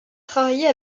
travailler